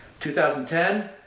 2010